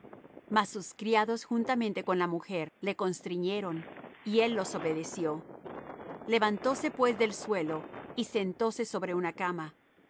mas sus criados juntamente con la mujer le constriñeron y él los obedeció levantóse pues del suelo y sentóse sobre una cama